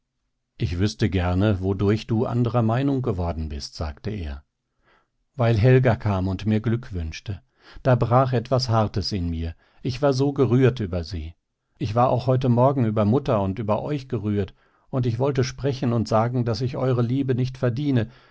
ich wüßte gerne wodurch du andrer meinung geworden bist sagte er weil helga kam und mir glück wünschte da brach etwas hartes in mir ich war so gerührt über sie ich war auch heute morgen über mutter und über euch gerührt und ich wollte sprechen und sagen daß ich eure liebe nicht verdiene